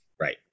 right